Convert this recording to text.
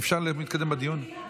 אני מגיעה, מגיעה.